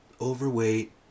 overweight